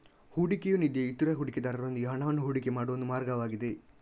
ಹೂಡಿಕೆಯ ನಿಧಿಯು ಇತರ ಹೂಡಿಕೆದಾರರೊಂದಿಗೆ ಹಣವನ್ನ ಹೂಡಿಕೆ ಮಾಡುವ ಒಂದು ಮಾರ್ಗವಾಗಿದೆ